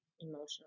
emotional